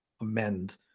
amend